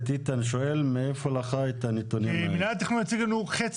כי מנהל התכנון הציג לנו חצי.